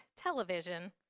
television